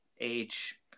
age